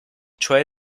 cioè